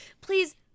please